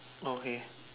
okay